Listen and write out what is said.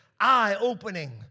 eye-opening